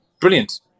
brilliant